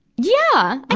yeah!